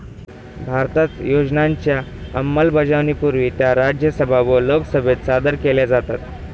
भारतात योजनांच्या अंमलबजावणीपूर्वी त्या राज्यसभा व लोकसभेत सादर केल्या जातात